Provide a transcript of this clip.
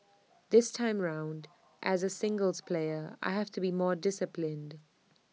this time round as A singles player I have to be more disciplined